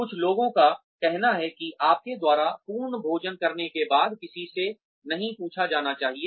कुछ लोगों का कहना है कि आपके द्वारा पूर्ण भोजन करने के बाद किसी से नहीं पूछा जाना चाहिए